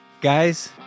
guys